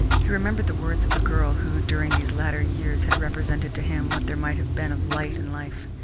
he remembered the words of the girl who during these latter years had represented to him what there might have been of light in life.